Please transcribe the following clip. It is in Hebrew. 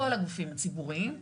כל הגופים הציבוריים.